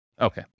Okay